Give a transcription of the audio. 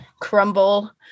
crumble